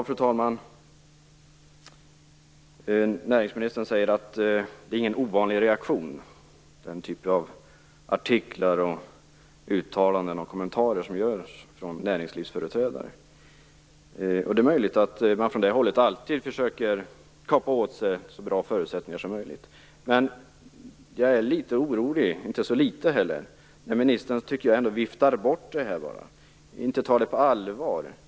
Fru talman! Näringsministern säger att det inte är någon ovanlig reaktion med den typ av artiklar, uttalanden och kommentarer som kommer från näringslivsföreträdare. Det är möjligt att man från det hållet alltid försöker kapa åt sig så bra förutsättningar som möjligt. Men jag blir litet orolig - inte så litet heller - när ministern, tycker jag, bara viftar bort det här och inte tar det på allvar.